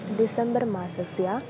December मासस्य